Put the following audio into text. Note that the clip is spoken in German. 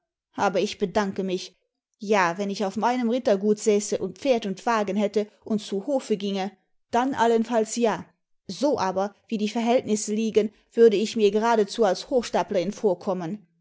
aber ich bedanke mich ja wenn ich auf meinem rittergut säße und pferd und wagen hätte und zu hofe ginge dann allenfalls ja so aber wie die verhältnisse liegen würde ich mir geradezu als hochstaplerin vorkonunen